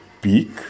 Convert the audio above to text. peak